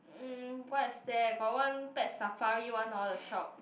uh what is that got one Pet Safari one or the shop